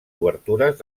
obertures